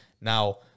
Now